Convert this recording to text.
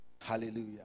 Hallelujah